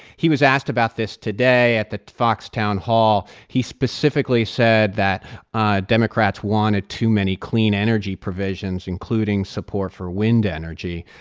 he was asked about this today at the fox town hall. he specifically said that ah democrats wanted too many clean energy provisions, including support for wind energy.